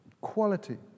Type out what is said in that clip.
Quality